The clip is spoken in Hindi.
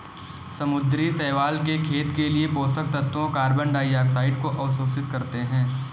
समुद्री शैवाल के खेत के लिए पोषक तत्वों कार्बन डाइऑक्साइड को अवशोषित करते है